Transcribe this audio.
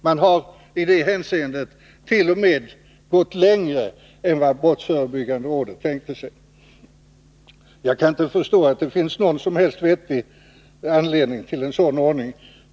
Man har i det avseendet t.o.m. gått längre än vad brottsförebyggande rådet tänkte sig. Jag kan inte förstå att det finns någon som helst vettig anledning till en sådan ordning.